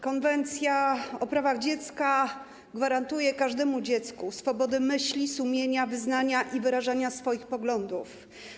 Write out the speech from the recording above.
Konwencja o prawach dziecka gwarantuje każdemu dziecku swobodę myśli, sumienia, wyznania i wyrażania swoich poglądów.